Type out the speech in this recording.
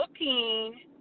looking